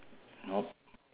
nope